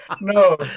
no